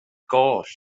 goll